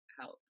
help